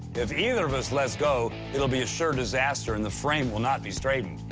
if either of us lets go, it'll be a sure disaster and the frame will not be straightened.